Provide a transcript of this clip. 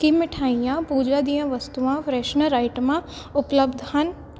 ਕੀ ਮਿਠਾਈਆਂ ਪੂਜਾ ਦੀਆਂ ਵਸਤੂਆਂ ਫਰੈਸ਼ਨਰ ਆਈਟਮਾਂ ਉਪਲੱਬਧ ਹਨ